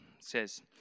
says